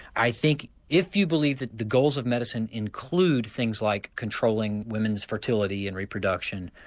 i think if you believe that the goals of medicine include things like controlling women's fertility and reproduction,